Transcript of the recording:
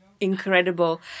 incredible